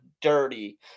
dirty